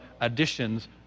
additions